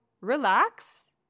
relax